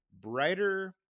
brighter